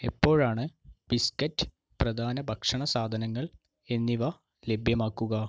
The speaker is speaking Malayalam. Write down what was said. എപ്പോഴാണ് ബിസ്ക്കറ്റ് പ്രധാന ഭക്ഷണ സാധനങ്ങൾ എന്നിവ ലഭ്യമാക്കുക